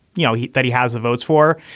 you know, he that he has the votes for.